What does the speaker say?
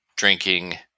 drinking